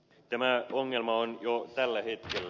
tämä ongelma on jo tällä hetkellä